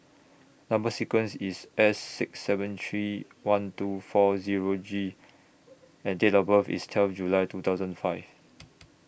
Number sequence IS S six seven three one two four Zero G and Date of birth IS twelve July two thousand five